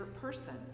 person